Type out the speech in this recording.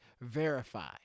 verify